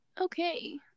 Okay